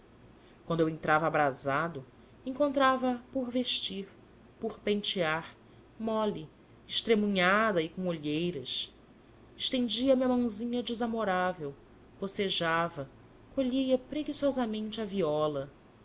quando eu entrava abrasado encontrava a por vestir por pentear mole estremunhada e com olheiras estendia me a mãozinha desamorável bocejava colhia preguiçosamente a viola